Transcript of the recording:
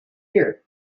year